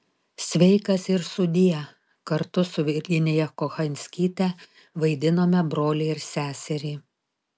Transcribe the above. sveikas ir sudie kartu su virginiją kochanskyte vaidinome brolį ir seserį